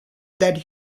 that